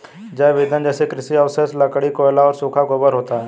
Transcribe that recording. जैव ईंधन जैसे कृषि अवशेष, लकड़ी, कोयला और सूखा गोबर होता है